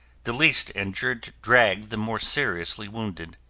the least injured drag the more seriously wounded.